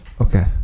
Okay